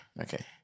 okay